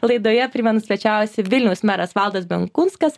laidoje primenu svečiavosi vilniaus meras valdas benkunskas